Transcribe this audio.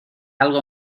algo